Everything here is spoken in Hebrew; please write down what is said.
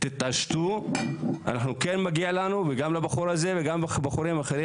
תתעשתו אנחנו כן מגיע לנו וגם לבחור הזה וגם לבחורים אחרים